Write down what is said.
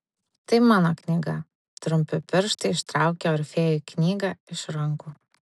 tai mano knyga trumpi pirštai ištraukė orfėjui knygą iš rankų